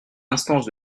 instance